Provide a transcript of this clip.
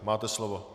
Máte slovo.